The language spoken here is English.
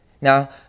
Now